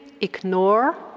ignore